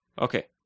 okay